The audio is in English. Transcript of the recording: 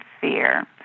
fear